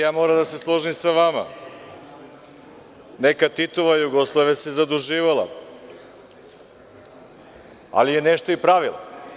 Sad i ja moram da se složim sa vama, nekada Titova Jugoslavija se zaduživala, ali je nešto i pravila.